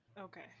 okay